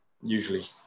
usually